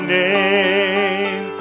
name